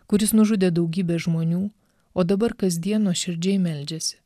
kuris nužudė daugybę žmonių o dabar kasdien nuoširdžiai meldžiasi